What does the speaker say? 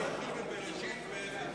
להתחיל מ"בראשית" רבותי,